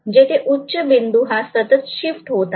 जिथे उच्च बिंदू हा सतत शिफ्ट होत आहे